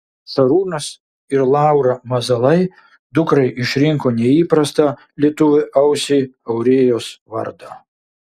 šarūnas ir laura mazalai dukrai išrinko neįprastą lietuvio ausiai aurėjos vardą